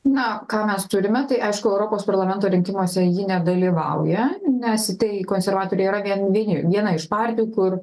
na ką mes turime tai aišku europos parlamento rinkimuose ji nedalyvauja nes tai konservatoriai yra vien vieni viena iš partijų kur